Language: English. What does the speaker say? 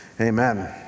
Amen